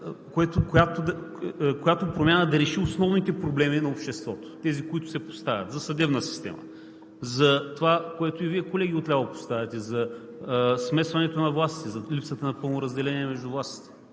която промяна да реши основните проблеми на обществото – тези, които се поставят за съдебна система, за това, което и Вие, колеги, отляво поставяте – за смесването на властите, за липсата на пълно разделение между властите.